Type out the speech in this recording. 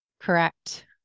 Correct